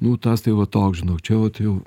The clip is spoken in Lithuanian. nu tas tai vat toks žinok čia jau tai jau